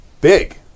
big